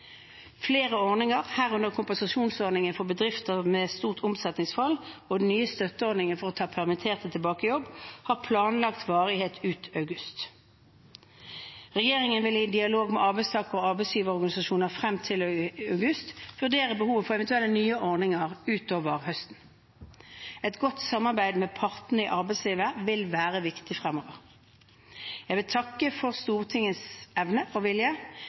Flere ordninger, herunder kompensasjonsordningen for bedrifter med stort omsetningsfall og den nye støtteordningen for å ta permitterte tilbake i jobb, har planlagt varighet ut august. Regjeringen vil i dialog med arbeidstaker- og arbeidsgiverorganisasjoner frem til august vurdere behovet for eventuelle nye ordninger utover høsten. Et godt samarbeid med partene i arbeidslivet vil være viktig fremover. Jeg vil takke for Stortingets evne og vilje